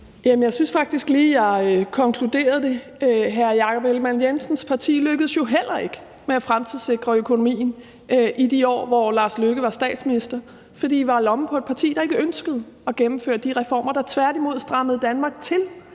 jeg synes faktisk lige, jeg konkluderede det. Hr. Jakob Ellemann-Jensens parti lykkedes jo heller ikke med at fremtidssikre økonomien i de år, hvor Lars Løkke Rasmussen var statsminister, fordi I var i lommen på et parti, der ikke ønskede at de reformer, men tværtimod strammede Danmark til,